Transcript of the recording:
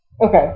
Okay